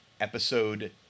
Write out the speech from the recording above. Episode